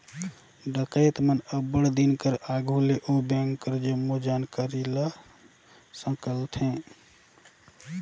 डकइत मन अब्बड़ दिन कर आघु ले ओ बेंक कर जम्मो जानकारी ल संकेलथें